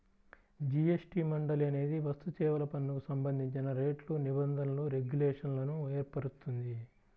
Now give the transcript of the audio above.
GST మండలి అనేది వస్తుసేవల పన్నుకు సంబంధించిన రేట్లు, నిబంధనలు, రెగ్యులేషన్లను ఏర్పరుస్తుంది